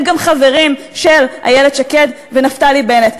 הם גם חברים של איילת שקד ונפתלי בנט.